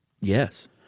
Yes